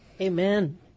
Amen